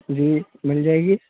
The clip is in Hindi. जी मिल जायेगी